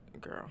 Girl